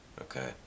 okay